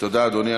תודה, אדוני.